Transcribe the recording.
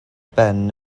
ben